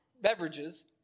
beverages